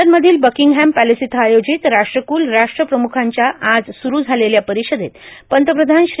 London मधील Buckingham Palace इथं आयोजित राष्ट्रकूल राष्ट्र प्रमूखांच्या आज सुरू झालेल्या परिषदेत पंतप्रधान श्री